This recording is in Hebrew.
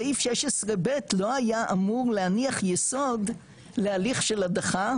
סעיף 16 ב' לא היה אמור להניח יסוד להליך של הדחה,